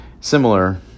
similar